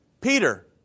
Peter